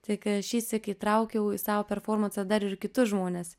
tik šįsyk įtraukiau į savo performansą dar ir kitus žmones